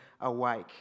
awake